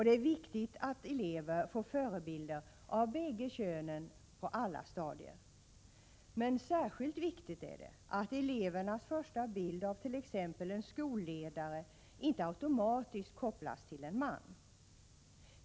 Det är viktigt att elever får förebilder av bägge könen på alla stadier. Men särskilt viktigt är det att elevernas första bild av t.ex. en skolledare inte automatiskt kopplas till en man.